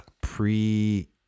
pre